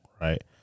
right